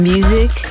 Music